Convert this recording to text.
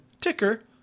ticker